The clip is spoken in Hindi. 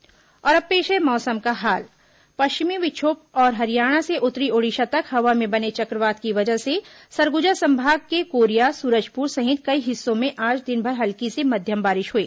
मौसम और अब पेश है मौसम का हाल पश्चिमी विक्षोभ और हरियाणा से उत्तरी ओडिशा तक हवा में बने चक्रवात की वजह से सरगुजा संभाग के कोरिया सूरजपुर सहित कई हिस्सों में आज दिनभर हल्की से मध्यम बारिश हुई